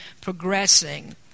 progressing